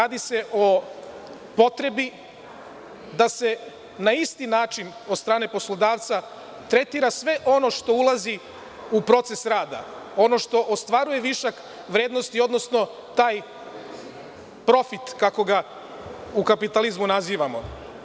Radi se o potrebi da se na isti način od strane poslodavca tretira sve ono što ulazi u proces rada, ono što ostvaruje višak vrednosti, odnosno taj profit, kako ga u kapitalizmu nazivamo.